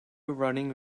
running